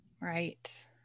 Right